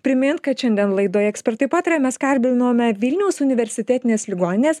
primint kad šiandien laidoje ekspertai pataria mes kalbinome vilniaus universitetinės ligoninės